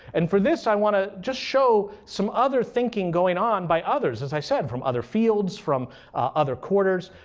and for this, i want to just show some other thinking going on by others. as i said, from other fields, from other quarters.